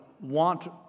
want